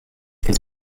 his